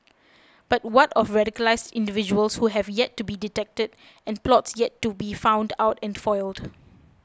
but what of radicalised individuals who have yet to be detected and plots yet to be found out and foiled